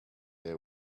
they